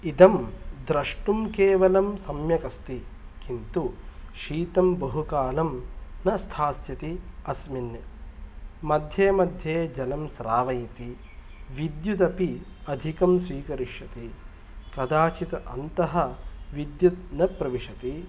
इदं द्रष्टुं केवलं सम्यक् अस्ति किन्तु शीतं बहु कालं न स्थास्यति अस्मिन् मध्ये मध्ये जलं श्रावयति विद्युदपि अधिकं स्वीकरिष्यति कदाचित् अन्तः विद्युत् न प्रविशति